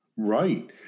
right